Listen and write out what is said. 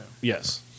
Yes